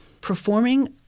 performing